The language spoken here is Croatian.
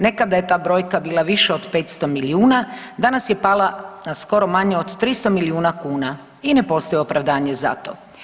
Nekada je ta brojka bila viša od 500 milijuna, danas je pala na skoro manje od 300 milijuna kuna i ne postoji opravdanje za to.